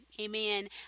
amen